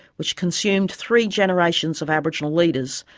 which consumed three generations of aboriginal leaders,